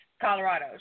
Colorado